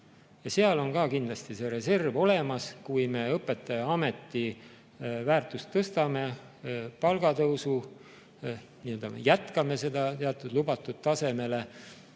Seal on ka kindlasti see reserv olemas. Kui me õpetajaameti väärtust tõstame, palgatõusu jätkame kuni teatud lubatud tasemeni